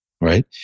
right